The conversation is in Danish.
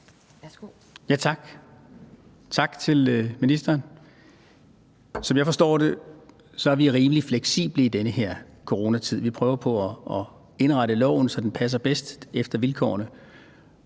tak til ministeren. Som jeg forstår det, er vi rimelig fleksible i den her coronatid. Vi prøver på at indrette loven, så den passer bedst til vilkårene.